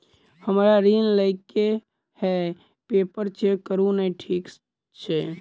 हमरा ऋण लई केँ हय पेपर चेक करू नै ठीक छई?